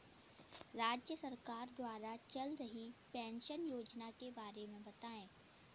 राज्य सरकार द्वारा चल रही पेंशन योजना के बारे में बताएँ?